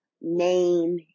name